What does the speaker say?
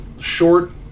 short